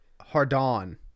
Hardon